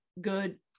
good